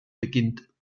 beginnt